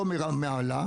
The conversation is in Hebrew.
לא מרמאללה